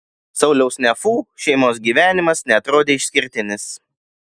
sauliaus nefų šeimos gyvenimas neatrodė išskirtinis